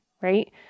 right